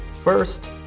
First